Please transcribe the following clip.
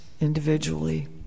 individually